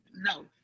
no